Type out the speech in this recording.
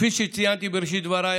כפי שציינתי בראשית דבריי,